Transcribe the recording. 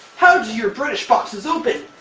how do your british boxes open?